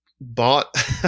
bought